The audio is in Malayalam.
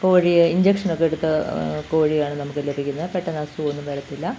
കോഴിയെ ഇഞ്ചക്ഷനൊക്കെ എടുത്ത് കോഴിയാണ് നമുക്ക് ലഭിക്കുന്നത് പെട്ടെന്ന് അസുഖമൊന്നും വരത്തില്ല